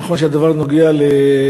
נכון שהדבר הזה נוגע לנפטרים,